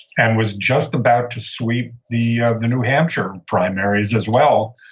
and was just about to sweep the new hampshire primaries, as well,